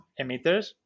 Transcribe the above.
emitters